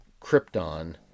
Krypton